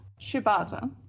Shibata